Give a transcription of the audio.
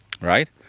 right